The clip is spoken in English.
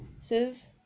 says